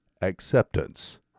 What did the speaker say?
Acceptance